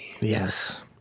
Yes